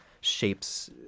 shapes